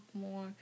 more